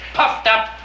puffed-up